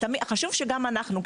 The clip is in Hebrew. חשוב שגם אנחנו,